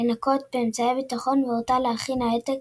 לנקוט באמצעי ביטחון והורתה להכין העתק